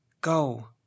Go